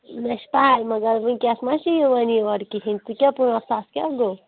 مےٚ چھِ پاے مگر وٕنکٮ۪س ما چھِ یِوَان یور کِہیٖنۍ تُہۍ کیٛاہ پانٛژھ ساس کیٛاہ گوٚو